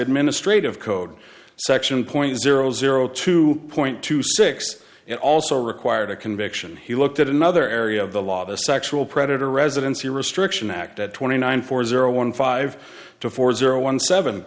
administrative code section point zero zero two point two six it also required a conviction he looked at another area of the law a sexual predator residency restriction act at twenty nine four zero one five to four zero one seven